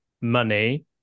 money